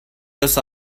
this